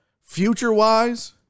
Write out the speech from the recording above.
future-wise